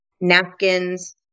napkins